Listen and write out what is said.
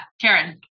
Karen